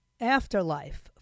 afterlife